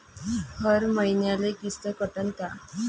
हर मईन्याले किस्त कटन का?